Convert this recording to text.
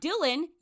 dylan